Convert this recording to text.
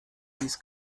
dies